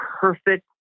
perfect